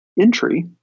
entry